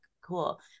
cool